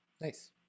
Nice